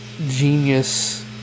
Genius